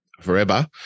forever